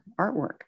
artwork